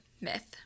myth